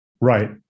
Right